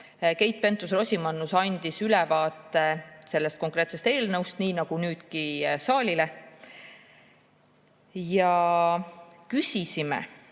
Keit Pentus-Rosimannus ülevaate sellest konkreetsest eelnõust, nii nagu nüüdki saalile. Mida me küsisime?